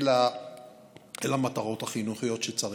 אל המטרות החינוכיות שצריך.